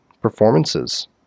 performances